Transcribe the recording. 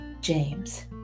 James